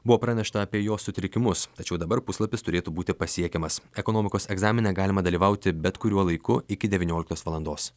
buvo pranešta apie jo sutrikimus tačiau dabar puslapis turėtų būti pasiekiamas ekonomikos egzamine galima dalyvauti bet kuriuo laiku iki devynioliktos valandos